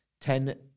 Ten